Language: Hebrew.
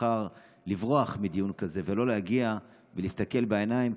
בחר לברוח מדיון כזה ולא להגיע ולהסתכל בעיניים.